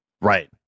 right